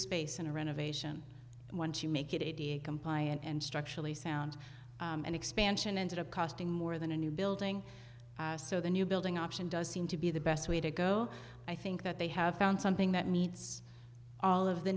space in a renovation once you make it a decompile and structurally sound and expansion ended up costing more than a new building so the new building option does seem to be the best way to go i think that they have found something that meets all of the